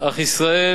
אך ישראל,